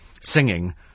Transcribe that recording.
singing